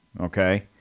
Okay